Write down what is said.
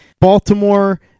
Baltimore